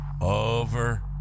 over